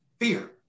fear